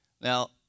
Now